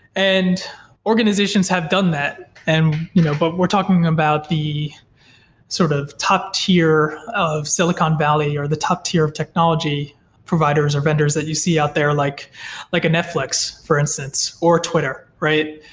and organizations have done that, and you know but we're talking about the sort of top tier of silicon valley, or the top tier of technology providers, or vendors that you see out there, like like a netflix for instance, or twitter, right?